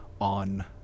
on